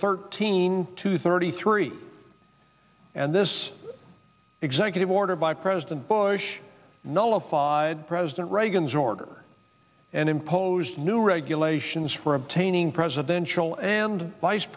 thirteen to thirty three and this executive order by president bush nullified president reagan's order and imposed new regulations for obtaining presidential and vice